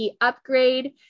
upgrade